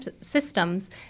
systems